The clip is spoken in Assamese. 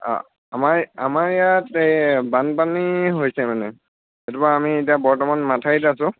অঁ আমাৰ আমাৰ ইয়াত এই বানপানী হৈছে মানে সেইটোপা আমি এতিয়া বৰ্তমান মাথাউৰিত আছোঁ